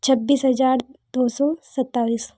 छब्बीस हज़ार दो सौ सत्ताईस